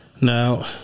Now